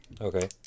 Okay